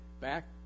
Back